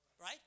Right